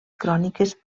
cròniques